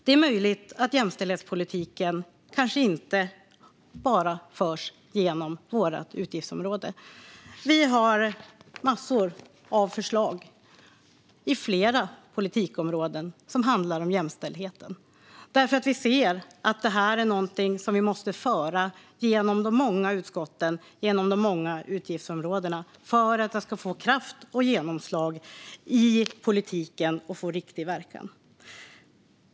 Det är möjligt att jämställdhetspolitiken kanske inte bara förs inom vårt utgiftsområde. Vi har massor av förslag som handlar om jämställdheten på flera politikområden, därför att vi ser att det här är någonting som vi behöver föra genom de många utskotten och de många utgiftsområdena för att det ska få kraft och genomslag i politiken och få riktig verkan.